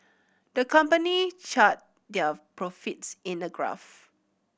the company charted their profits in a graph